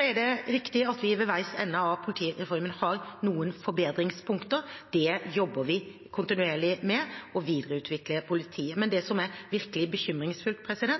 er riktig at vi ved veis ende av politireformen har noen forbedringspunkter. Vi jobber kontinuerlig med å videreutvikle politiet. Men det som er virkelig bekymringsfullt, er